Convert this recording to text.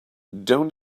don’t